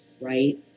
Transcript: right